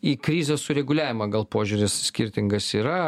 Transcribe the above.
į krizės sureguliavimą gal požiūris skirtingas yra